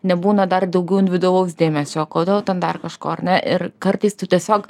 nebūna dar daugiau individualaus dėmesio kodėl ten dar kažko ar ne ir kartais tu tiesiog